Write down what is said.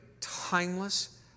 timeless